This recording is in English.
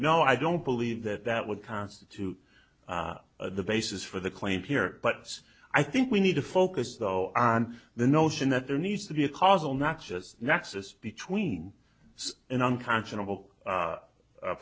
no i don't believe that that would constitute the basis for the claim here but i think we need to focus though on the notion that there needs to be a causal not just nexus between an unconscionable